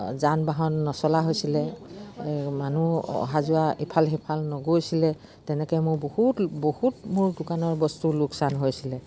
যান বাহন নচলা হৈছিলে এই মানুহ অহা যোৱা ইফাল সিফাল নগৈছিলে তেনেকৈ মোৰ বহুত বহুত মোৰ দোকানৰ বস্তু লোকচান হৈছিলে